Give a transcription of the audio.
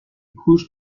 couches